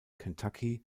kentucky